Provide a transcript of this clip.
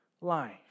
life